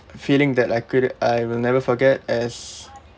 feeling that I could~ I will never forget as